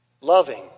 loving